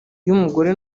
y’umugore